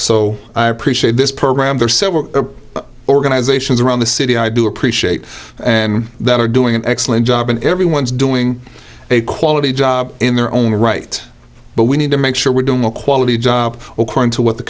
so i appreciate this program for several organizations around the city i do appreciate that are doing an excellent job and everyone's doing a quality job in their own right but we need to make sure we don't know quality jobs according to what the